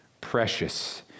precious